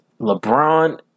LeBron